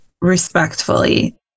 respectfully